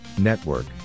Network